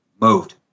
moved